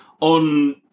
on